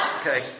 Okay